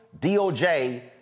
DOJ